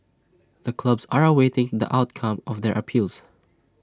the clubs are awaiting the outcome of their appeals